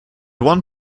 one